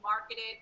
marketed